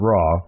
Raw